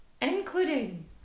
including